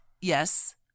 yes